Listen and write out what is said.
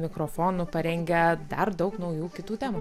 mikrofonų parengę dar daug naujų kitų temų